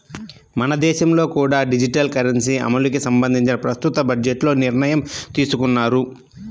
మన దేశంలో కూడా డిజిటల్ కరెన్సీ అమలుకి సంబంధించి ప్రస్తుత బడ్జెట్లో నిర్ణయం తీసుకున్నారు